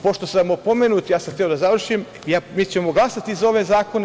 Pošto sam opomenut, ja sam hteo da završim, mi ćemo glasati za ove zakone.